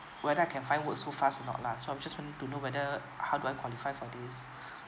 whether I can find work so fast or not lah so I'm just want to know whether how do I qualify for this